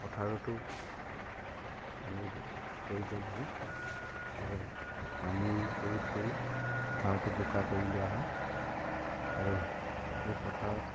পথাৰতো পানীৰ প্ৰয়োজন হয় আৰু পানী প্ৰয়োগ কৰি পথাৰটো বোকা কৰি লোৱা হয় আৰু সেই পথাৰত